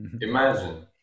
imagine